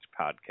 podcast